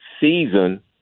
season